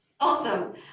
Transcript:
awesome